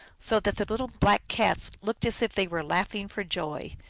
so that the little black cats looked as if they were laughing for joy.